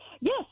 Yes